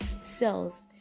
cells